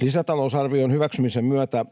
Lisätalousarvion hyväksymisen myötä